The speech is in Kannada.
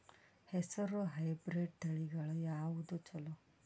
ಹೆಸರ ಹೈಬ್ರಿಡ್ ತಳಿಗಳ ಯಾವದು ಚಲೋ?